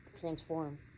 transform